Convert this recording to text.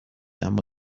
اما